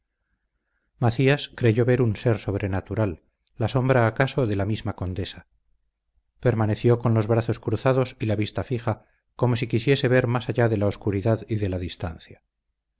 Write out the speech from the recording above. macías creyó ver un ser sobrenatural la sombra acaso de la misma condesa permaneció con los brazos cruzados y la vista fija como si quisiese ver más allá de la oscuridad y de la distancia